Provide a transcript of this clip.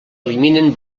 eliminen